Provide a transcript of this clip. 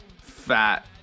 fat